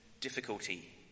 difficulty